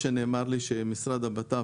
ונאמר לי שהמשרד לביטחון